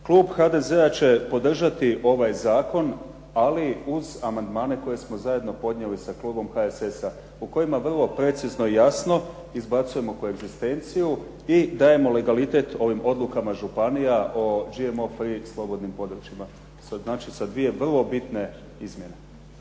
klub HDZ-a će podržati ovaj zakon ali uz amandmane koje smo zajedno podnijeli sa klubom HSS-a u kojima vrlo precizno i jasno izbacujemo koegzistenciju i dajemo legalitet ovim odlukama županija o GMO free slobodnim područjima, što znači sa dvije vrlo bitne izmjene.